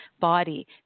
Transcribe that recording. body